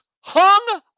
hung